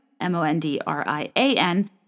M-O-N-D-R-I-A-N